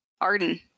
Arden